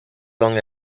along